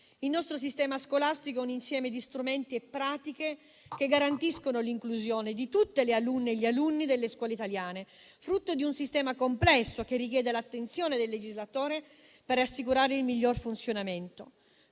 Il nostro sistema scolastico ha un insieme di strumenti e pratiche che garantiscono l'inclusione di tutte le alunne e gli alunni delle scuole italiane, frutto di un sistema complesso che richiede l'attenzione del legislatore per assicurare il miglior funzionamento.